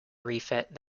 refit